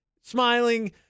smiling